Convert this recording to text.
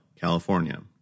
California